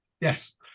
Yes